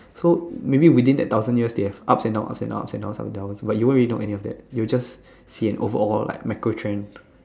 so maybe within that thousand years they have ups and downs ups and downs ups and downs but you won't really know any of that you will just see an overall an micro trend